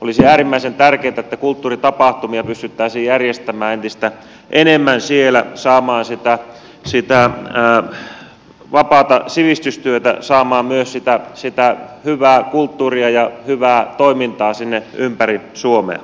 olisi äärimmäisen tärkeätä että kulttuuritapahtumia pystyttäisiin järjestämään entistä enemmän siellä saamaan sitä vapaata sivistystyötä saamaan myös sitä hyvää kulttuuria ja hyvää toimintaa sinne ympäri suomea